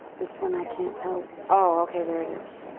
this one i can't tell oh. okay. there it is.